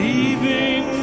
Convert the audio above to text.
Leaving